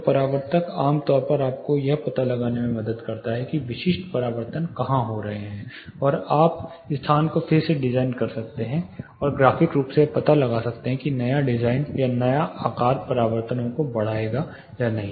तो परावर्तक आम तौर पर आपको यह पता लगाने में मदद करता है कि विशिष्ट परावर्तन कहां हो रहे हैं और आप स्थान को फिर से डिज़ाइन कर सकते हैं और ग्राफिक रूप से पता लगा सकते हैं कि नया डिज़ाइन या नया आकार परावर्तनो को बढ़ाएगा या नहीं